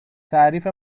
تعریف